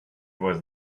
was